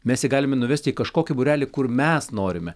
mes jį galime nuvesti į kažkokį būrelį kur mes norime